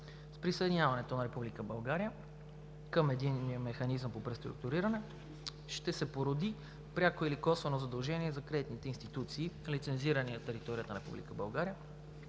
С присъединяването на Република България към Единния механизъм по преструктуриране ще се породи пряко или косвено задължение за кредитните институции, лицензирани на територията на